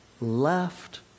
left